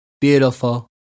Beautiful